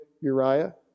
Uriah